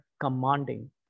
commanding